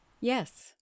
Yes